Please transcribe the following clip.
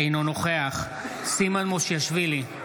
אינו נוכח סימון מושיאשוילי,